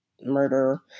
murder